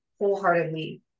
wholeheartedly